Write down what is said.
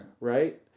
right